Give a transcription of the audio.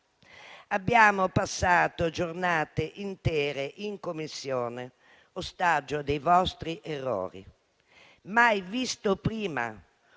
Abbiamo passato giornate intere in Commissione, ostaggio dei vostri errori. Mai visto prima